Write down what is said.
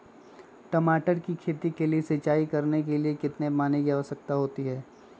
टमाटर की खेती के लिए सिंचाई करने के लिए कितने पानी की आवश्यकता होती है?